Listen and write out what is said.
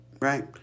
right